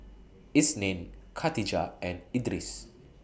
Isnin Katijah and Idris